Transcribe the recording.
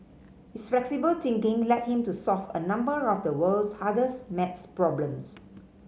his flexible thinking led him to solve a number of the world's hardest maths problems